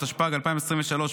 התשפ"ג 2023,